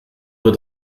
wird